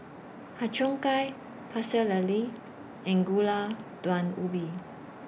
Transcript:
Har Cheong Gai Pecel Lele and Gulai Daun Ubi